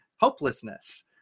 hopelessness